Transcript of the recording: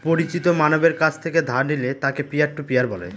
পরিচিত মানষের কাছ থেকে ধার নিলে তাকে পিয়ার টু পিয়ার বলে